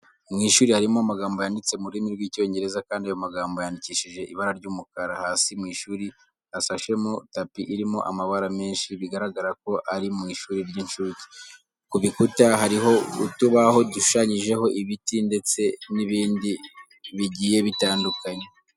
Mu ishuri harimo amagambo yanditse mu rurimi rw'Icyongereza kandi ayo magambo yandikishije ibara ry'umukara. Hasi mu ishuri hasashemo tapi irimo amabara menshi bigaragara ko ari mu ishuri ry'inshuke. Ku bikuta hariho utubaho dushushanyijeho ibiti ndetse n'ibindi bigiye bitandukanye.